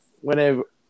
whenever